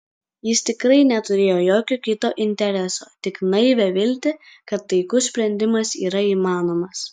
jis tikrai neturėjo jokio kito intereso tik naivią viltį kad taikus sprendimas yra įmanomas